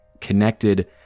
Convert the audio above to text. connected